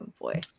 boy